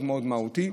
מאוד מאוד מהותי.